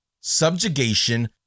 subjugation